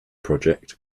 project